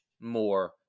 more